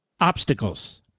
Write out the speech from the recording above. obstacles